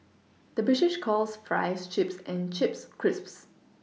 the British calls Fries Chips and Chips Crisps